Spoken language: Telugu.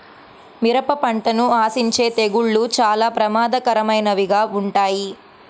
మిరప పంటను ఆశించే తెగుళ్ళు చాలా ప్రమాదకరమైనవిగా ఉంటాయి